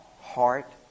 heart